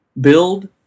build